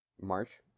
March